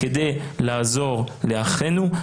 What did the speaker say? כדי לעזור לאחינו,